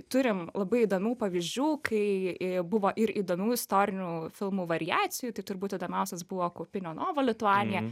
turim labai įdomių pavyzdžių kai buvo ir įdomių istorinių filmų variacijų tai turbūt įdomiausias buvo kaupinio nova lituanija